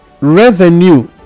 revenue